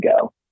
go